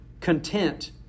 content